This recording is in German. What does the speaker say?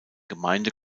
gemeinde